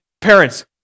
parents